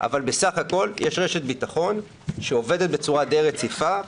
אבל בסך הכול יש רשת ביטחון שעובדת בצורה די רציפה.